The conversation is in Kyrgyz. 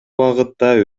багытта